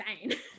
insane